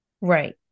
Right